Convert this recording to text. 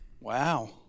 Wow